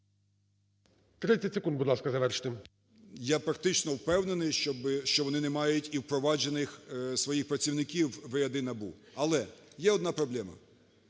30 секунд, будь ласка, завершити. ЛУЦЕНКО Ю.В. Я практично впевнений, що вони не мають і впроваджених своїх працівників у ряди НАБУ. Але є одна проблема: